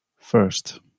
first